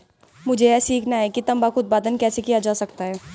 मुझे यह सीखना है कि तंबाकू उत्पादन कैसे किया जा सकता है?